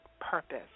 purpose